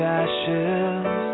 ashes